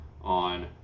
on